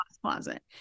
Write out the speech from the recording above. closet